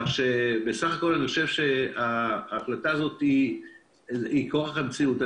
לכן אני חושב שההחלטה הזאת היא כורח המציאות.